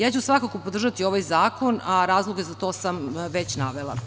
Ja ću svakako podržati ovaj zakon, a razloge za to sam već navela.